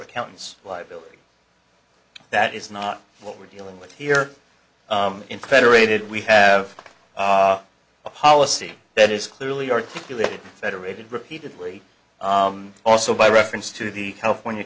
accountants liability that is not what we're dealing with here in federated we have a policy that is clearly articulated federated repeatedly also by reference to the california